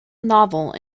novel